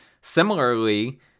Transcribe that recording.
similarly